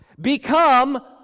Become